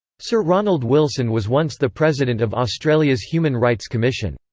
sir ronald wilson was once the president of australia's human rights commission.